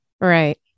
Right